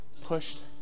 pushed